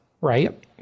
right